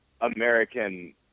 American –